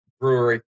brewery